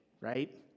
right